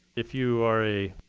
if you are a